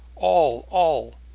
all, all,